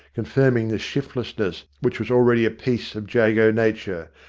confirming the shiftlessness which was already a piece of jago nature,